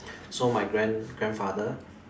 so my grand~ grandfather